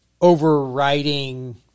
overriding